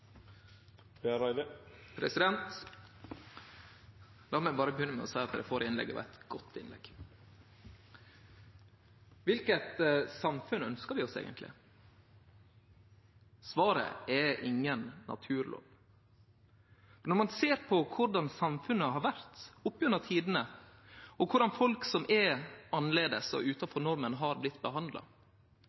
meg berre begynne med å seie at det førre innlegget var eit godt innlegg. Kva slags samfunn ønskjer vi oss eigentleg? Svaret er ingen naturlov. Når ein ser på korleis samfunnet har vore gjennom tidene, og korleis folk som er annleis og utanfor norma har vorte behandla,